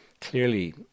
clearly